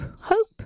hope